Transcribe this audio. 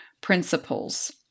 principles